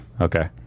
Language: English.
Okay